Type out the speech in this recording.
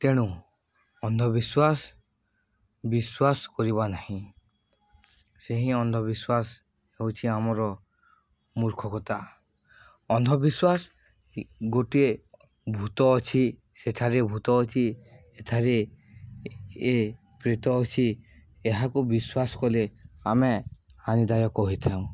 ତେଣୁ ଅନ୍ଧବିଶ୍ୱାସ ବିଶ୍ୱାସ କରିବା ନାହିଁ ସେହିଁ ଅନ୍ଧବିଶ୍ୱାସ ହେଉଛି ଆମର ମୂର୍ଖକତା ଅନ୍ଧବିଶ୍ୱାସ ଗୋଟିଏ ଭୂତ ଅଛି ସେଠାରେ ଭୂତ ଅଛି ଏଠାରେ ଏ ପ୍ରେତ ଅଛି ଏହାକୁ ବିଶ୍ୱାସ କଲେ ଆମେ ହାନିଦାୟକ ହୋଇଥାଉ